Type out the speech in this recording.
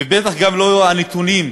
ובטח גם לא הנתונים.